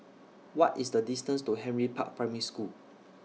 What IS The distance to Henry Park Primary School